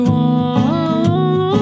one